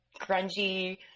grungy